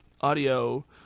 audio